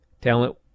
talent